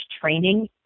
training